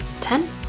ten